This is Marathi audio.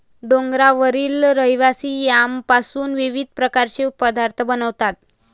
डोंगरावरील रहिवासी यामपासून विविध प्रकारचे पदार्थ बनवतात